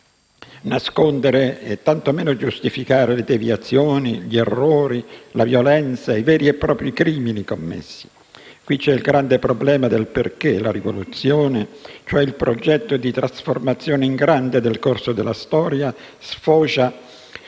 nascondere, tanto meno giustificare, le deviazioni, gli errori, la violenza, i veri e propri crimini commessi. Qui, c'è il grande problema del perché la rivoluzione, cioè il progetto di trasformazione in grande del corso della storia, sfocia